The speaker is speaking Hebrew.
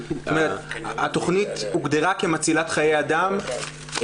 התכנית הוגדרה כמצילת חיי אדם,